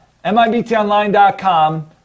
mibtonline.com